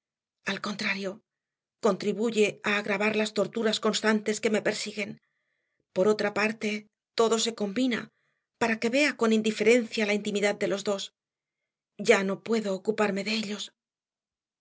al contrario contribuye a agravar las torturas constantes que me persiguen por otra parte todo se combina para que vea con indiferencia la intimidad de los dos ya no puedo ocuparme de ellos